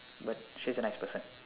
but she's a nice person